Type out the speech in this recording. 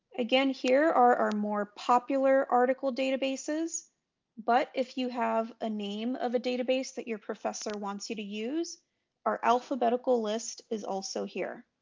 again here are our more popular article databases but if you have a name of a database that your professor wants you to use our alphabetical list is also here.